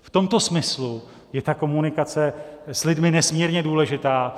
V tomto smyslu je komunikace s lidmi nesmírně důležitá.